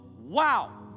wow